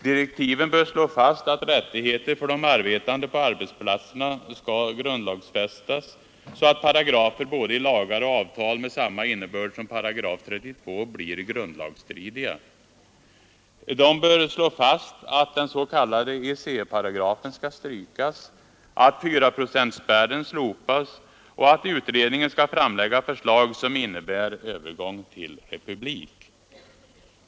Direktiven bör slå fast att rättigheter för de arbetande på arbetsplatserna skall grundlagsfästas — så att paragrafer både i lagar och i avtal med samma innebörd som § 32 blir grundlagsstridiga. De bör slå fast att den s.k. EEC-paragrafen skall strykas, att fyraprocentsspärren slopas och att utredningen skall framlägga förslag som innebär övergång till republik.